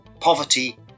poverty